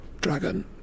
Dragon